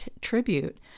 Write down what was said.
tribute